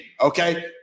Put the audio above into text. okay